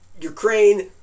Ukraine